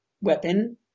weapon